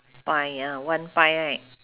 pie ah one pie right